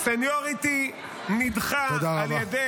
תודה רבה.